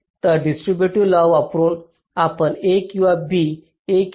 तर distributive law वापरून आपण a किंवा b a किंवा c लिहू शकता